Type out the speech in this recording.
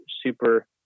super